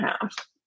half